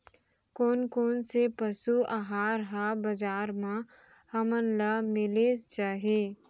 कोन कोन से पसु आहार ह बजार म हमन ल मिलिस जाही?